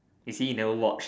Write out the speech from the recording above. you see you never watch